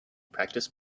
practice